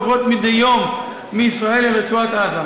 עוברות מדי יום מישראל לרצועת-עזה.